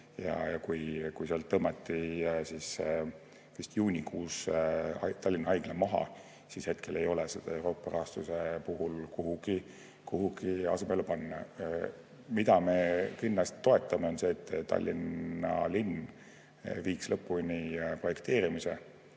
ja kui sealt tõmmati vist juunikuus Tallinna Haigla maha, siis ei ole seda Euroopa rahastust [võimalik kuidagi asendada]. Mida me kindlasti toetame, on see, et Tallinna linn viiks lõpuni projekteerimise,